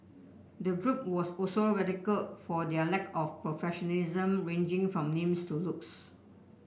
the group was also ridiculed for their lack of professionalism ranging from names to looks